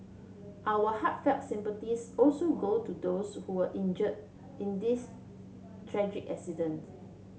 our heartfelt sympathies also go to those who were injured in this tragic accident